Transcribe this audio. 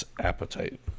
Appetite